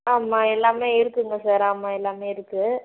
ஆமாம் எல்லாமே இருக்குங்க சார் ஆமாம் எல்லாமே இருக்கு